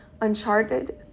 uncharted